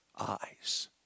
eyes